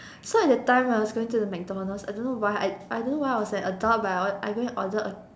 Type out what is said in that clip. so at that time I was going to the MacDonalds I don't know why I I don't know why I was an adult but I or~ I go and order a